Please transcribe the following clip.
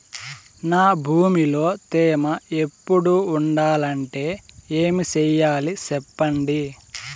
నా భూమిలో తేమ ఎప్పుడు ఉండాలంటే ఏమి సెయ్యాలి చెప్పండి?